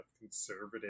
conservative